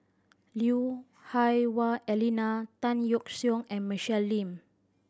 Lui Hah Wah Elena Tan Yeok Seong and Michelle Lim